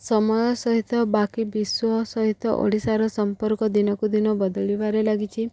ସମୟ ସହିତ ବାକି ବିଶ୍ୱ ସହିତ ଓଡ଼ିଶାର ସମ୍ପର୍କ ଦିନକୁ ଦିନ ବଦଳିବାରେ ଲାଗିଛି